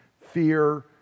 fear